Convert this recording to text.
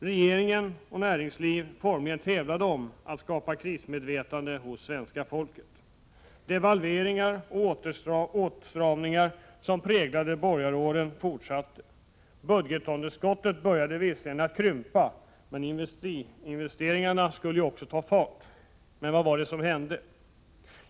Regering och näringsliv formligen tävlade om att skapa ”krismedvetande” hos svenska folket. Devalveringar och åtstramningar som präglat borgaråren fortsatte. Budgetunderskottet började visserligen krympa. Man väntade på att industriinvesteringarna skulle ta fart. Men vad var det som hände?